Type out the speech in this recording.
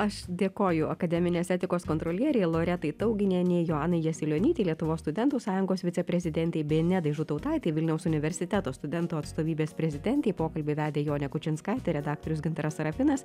aš dėkoju akademinės etikos kontrolierei loretai tauginienei joanai jasilionytei lietuvos studentų sąjungos viceprezidentei bei nedai žutautaitei vilniaus universiteto studentų atstovybės prezidentei pokalbį vedė jonė kučinskaitė redaktorius gintaras serafinas